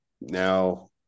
now